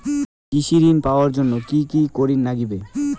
কৃষি ঋণ পাবার জন্যে কি কি করির নাগিবে?